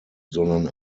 sondern